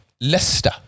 Leicester